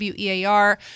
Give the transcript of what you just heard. WEAR